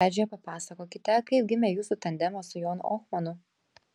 pradžioje papasakokite kaip gimė jūsų tandemas su jonu ohmanu